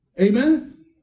Amen